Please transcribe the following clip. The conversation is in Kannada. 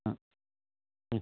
ಹಾಂ ಹ್ಞೂ